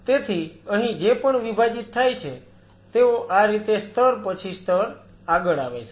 તેથી અહીં જે પણ વિભાજીત થાય છે તેઓ આ રીતે સ્તર પછી સ્તર આગળ આવે છે